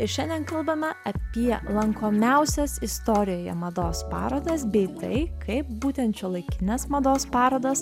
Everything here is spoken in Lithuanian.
ir šiandien kalbame apie lankomiausias istorijoje mados parodas bei tai kaip būtent šiuolaikinės mados parodas